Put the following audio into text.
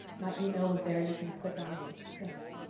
my email is there, you can click on me. thanks.